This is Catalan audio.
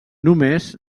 només